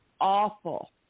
awful